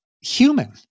human